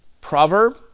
proverb